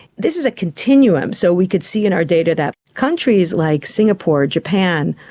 this is a continuum. so we could see in our data that countries like singapore, japan,